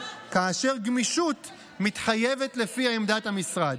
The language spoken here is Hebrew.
כאשר גמישות מתחייבת לפי עמדת המשרד.